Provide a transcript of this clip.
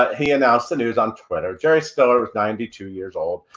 but he announced the news on twitter. jerry stiller was ninety two years old,